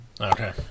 Okay